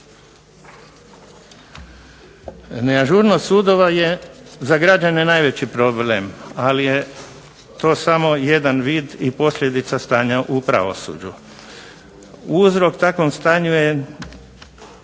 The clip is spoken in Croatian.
Neažurnost sudova je za građane najveći problem, ali je to samo jedan vid i posljedica stanja u pravosuđu. Uzrok takvom stanju je